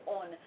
on